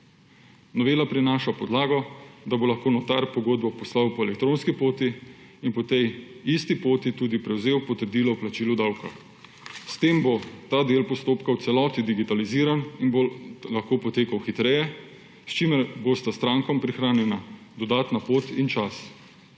Novela prinaša podlago, da bo lahko notar pogodbo poslal po elektronski poti in po tej isti poti tudi prevzel potrdilo o plačilu davka. S tem bo ta del postopka v celoti digitaliziran in bo lahko potekal hitreje, s čimer bosta strankam prihranjena dodatna pot in čas.